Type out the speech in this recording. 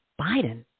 Biden